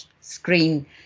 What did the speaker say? screen